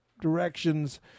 directions